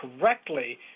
correctly